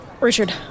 Richard